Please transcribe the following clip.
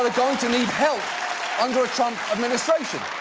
ah going to need help under a trump administration.